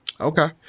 Okay